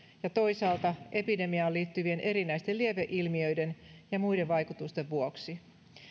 ja toisaalta epidemiaan liittyvien erinäisten lieveilmiöiden ja muiden vaikutusten vuoksi